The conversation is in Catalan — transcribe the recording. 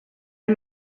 amb